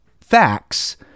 facts